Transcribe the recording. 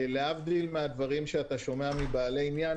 להבדיל מהדברים שאתה שומע מבעלי עניין,